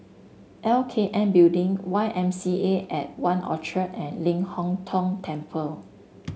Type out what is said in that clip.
L K N Building Y M C A At One Orchard and Ling Hong Tong Temple